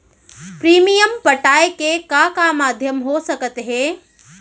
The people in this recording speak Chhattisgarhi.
प्रीमियम पटाय के का का माधयम हो सकत हे?